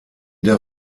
der